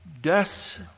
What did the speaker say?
Death